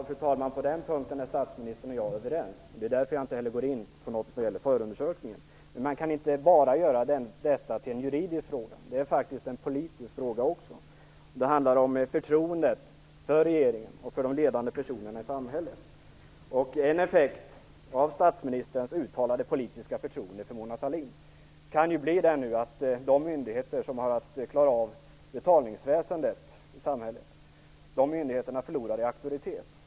Fru talman! På den punkten är statsministern och jag överens. Det är därför jag inte heller går in på något som gäller förundersökningen. Men man kan inte göra detta till bara en juridisk fråga. Det är faktiskt en politisk fråga också. Det handlar om förtroendet för regeringen och för de ledande personerna i samhället. En effekt av statsministerns uttalade politiska förtroende för Mona Sahlin kan ju bli att de myndigheter som har att klara av betalningsväsendet i samhället förlorar i auktoritet.